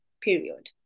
period